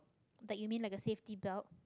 that you mean like a safety belt